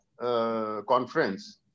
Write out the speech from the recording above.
conference